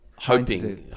hoping